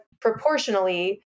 proportionally